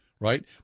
Right